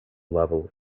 level